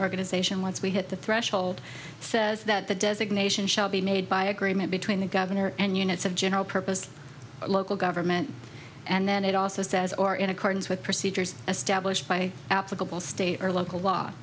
organization once we hit the threshold says that the designation shall be made by agreement between the governor and units of general purpose local government and then it also says or in accordance with procedures established by applicable state or local law